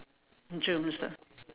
germs ah